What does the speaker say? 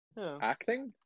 Acting